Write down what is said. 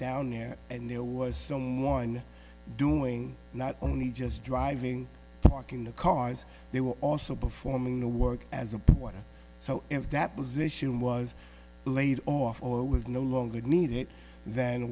down there and there was someone doing not only just driving walking the cars they were also performing the work as a water so if that position was laid off or was no longer needed then